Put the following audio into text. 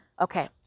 Okay